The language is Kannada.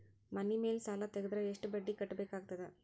ಮನಿ ಮೇಲ್ ಸಾಲ ತೆಗೆದರ ಎಷ್ಟ ಬಡ್ಡಿ ಕಟ್ಟಬೇಕಾಗತದ?